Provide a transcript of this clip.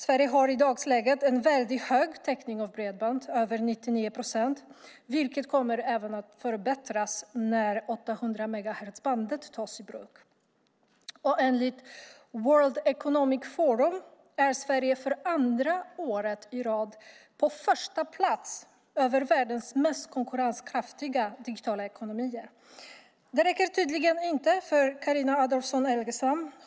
Sverige har i dagsläget en väldigt hög täckning av bredband, över 99 procent, vilket även kommer att förbättras när 800 megahertzbandet tas i bruk. Enligt World Economic Forum är Sverige för andra året i rad på första plats bland världens mest konkurrenskraftiga digitala ekonomier. Det räcker tydligen inte för Carina Adolfsson Elgestam.